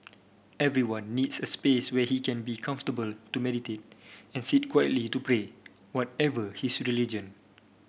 everyone needs a space where he can be comfortable to meditate and sit quietly to pray whatever his religion